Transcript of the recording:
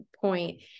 point